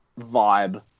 vibe